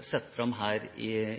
satt fram her